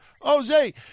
Jose